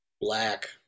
black